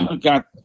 got